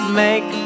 make